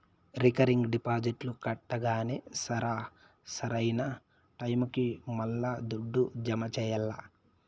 recurring డిపాజిట్లు కట్టంగానే సరా, సరైన టైముకి మల్లా దుడ్డు జమ చెయ్యాల్ల